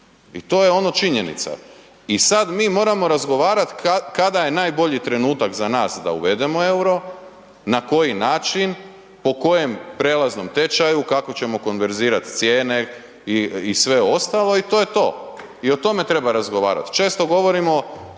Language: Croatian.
i to je ono činjenica i sad mi moramo razgovarat kada je najbolji trenutak za nas da uvedemo EUR-o, na koji način, po kojem prelaznom tečaju, kako ćemo konverzirat cijene i sve ostalo i to je to i o tome treba razgovarat, često govorimo,